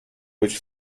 which